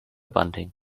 bunting